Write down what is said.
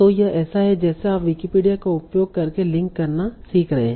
तो यह ऐसा है जैसे आप विकिपीडिया का उपयोग करके लिंक करना सीख रहे हैं